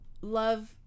love